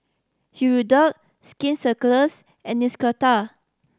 Hirudoid Skin and